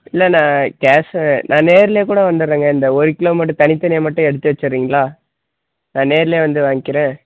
இல்லைண்ண cashew நான் நேரிலே கூட வந்துவிட்றேங்க இந்த ஒரு கிலோ மட்டும் தனித்தனியாக மட்டும் எடுத்து வச்சுட்றீங்களா நான் நேரிலே வந்து வாங்கிறேன்